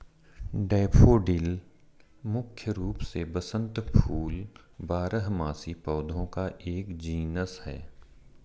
daffodil मुख्य रूप से वसंत फूल बारहमासी पौधों का एक जीनस है